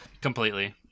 Completely